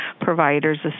providers